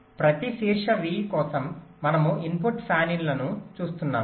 ప్రతి శీర్ష V కోసం మనము ఇన్పుట్ ఫ్యాన్ ఇన్లను చూస్తున్నాము